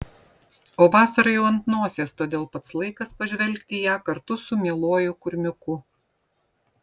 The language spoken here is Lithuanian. o vasara jau ant nosies todėl pats laikas pažvelgti į ją kartu su mieluoju kurmiuku